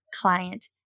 client